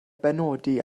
benodi